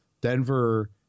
Denver